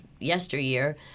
yesteryear